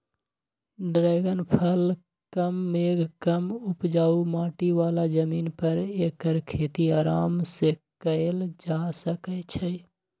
dragon फल कम मेघ कम उपजाऊ माटी बला जमीन पर ऐकर खेती अराम सेकएल जा सकै छइ